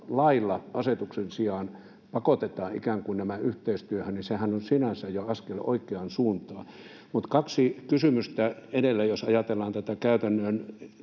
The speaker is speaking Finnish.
asetuksen sijaan pakotetaan ikään kuin nämä yhteistyöhön, niin sehän on sinänsä jo askel oikeaan suuntaan. Mutta kaksi kysymystä: Jos ajatellaan tätä käytännön